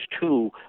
two